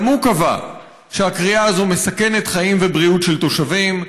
גם הוא קבע שהכרייה הזאת מסכנת חיים ובריאות של תושבים.